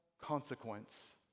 consequence